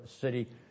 city